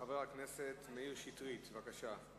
חבר הכנסת מאיר שטרית, בבקשה.